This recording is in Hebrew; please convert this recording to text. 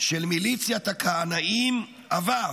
של מיליציית הכהנאים עבר: